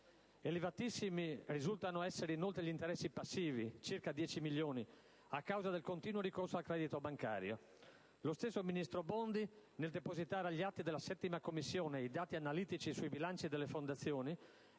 Elevatissimi risultano essere, inoltre, gli interessi passivi (circa 10 milioni di euro) a causa del continuo ricorso al credito bancario. Lo stesso ministro Bondi, nel depositare agli atti della 7a Commissione i dati analitici sui bilanci delle fondazioni,